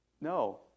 No